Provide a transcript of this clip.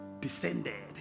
descended